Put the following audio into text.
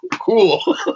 Cool